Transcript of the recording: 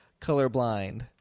colorblind